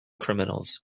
criminals